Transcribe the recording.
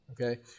Okay